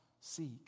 seek